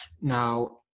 Now